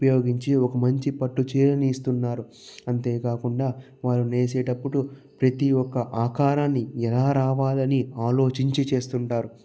ఉపయోగించి ఒక మంచి పట్టు చీరని ఇస్తున్నారు అంతేకాకుండా వారు నేసేటప్పుడు ప్రతి ఒక్క ఆకారాన్ని ఎలా రావాలని ఆలోచించి చేస్తుంటారు